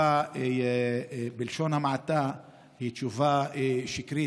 בלשון המעטה, היא תשובה שקרית.